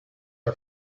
are